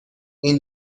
این